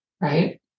right